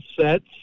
sets